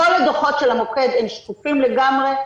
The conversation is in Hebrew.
כל הדוחות של המוקד הם שקופים לגמרי,